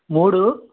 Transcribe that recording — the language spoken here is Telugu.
మూడు